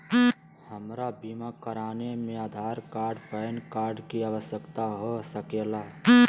हमरा बीमा कराने में आधार कार्ड पैन कार्ड की आवश्यकता हो सके ला?